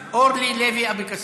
עכשיו אורלי לוי אבקסיס.